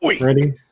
ready